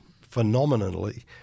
phenomenally